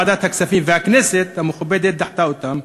ועדת הכספים והכנסת המכובדת דחו אותם.